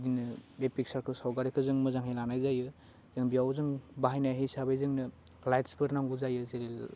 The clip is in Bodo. बिदिनो बे फिकसारखौ सावगारिखौ जों मोजांहै लानाय जायो जों बेयाव जों बाहायनाय हिसाबै जोंनो लाइथ्सफोर नांगौ जायो जेरै